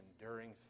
enduring